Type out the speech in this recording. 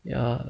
ya